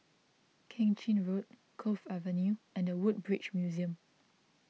Keng Chin Road Cove Avenue and the Woodbridge Museum